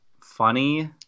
funny